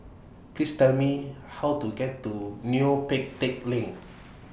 Please Tell Me How to get to Neo Pee Teck Lane